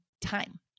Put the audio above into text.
time